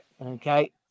Okay